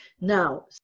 Now